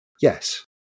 Yes